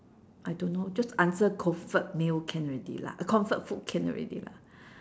I don't know just answer comfort meal can already lah comfort food can already lah